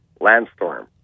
Landstorm